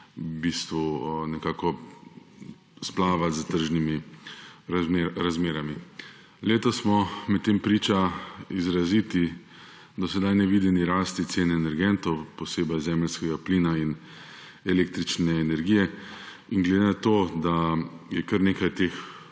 ponudniki nekako splavati s tržnimi razmerami. Letos smo medtem priča izraziti do sedaj nevideni rasti cen energentov, posebej zemeljskega plina in električne energije. Ker je kar nekaj teh